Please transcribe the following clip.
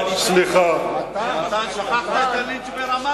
סליחה, מתן, שכחת את הלינץ' ברמאללה.